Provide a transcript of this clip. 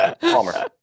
Palmer